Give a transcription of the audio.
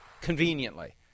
conveniently